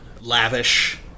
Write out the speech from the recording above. lavish